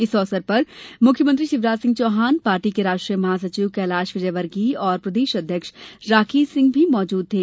इस अवसर पर मुख्यमंत्री शिवराज सिंह चौहान पार्टी के राष्ट्रीय महासचिव कैलाश विजयवर्गीय और प्रदेश अध्यक्ष राकेश सिंह भी मौजूद थे